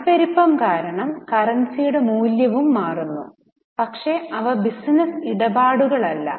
പണപ്പെരുപ്പം കാരണം കറൻസിയുടെ മൂല്യവും മാറുന്നു പക്ഷേ അവ ബിസിനസ്സ് ഇടപാടുകളല്ല